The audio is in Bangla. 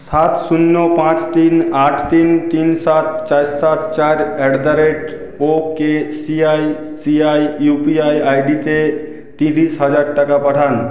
সাত শূন্য পাঁচ তিন আট তিন তিন সাত চার সাত চার at the rate O K I C I C I U P I I ডিতে ত্রিশ হাজার টাকা পাঠান